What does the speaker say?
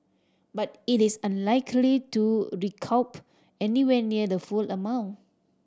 but it is unlikely to recoup anywhere near the full amount